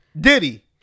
Diddy